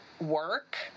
work